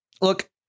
look